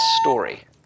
story